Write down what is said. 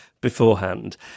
beforehand